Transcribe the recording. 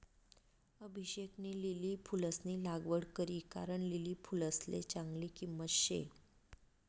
अभिषेकनी लिली फुलंसनी लागवड करी कारण लिली फुलसले चांगली किंमत शे